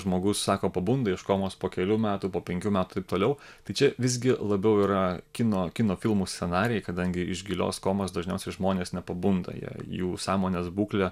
žmogus sako pabunda iš komos po kelių metų po penkių metų taip toliau tai čia visgi labiau yra kino kino filmų scenarijai kadangi iš gilios komos dažniausiai žmonės nepabunda jie jų sąmonės būklė